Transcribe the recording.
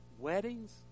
weddings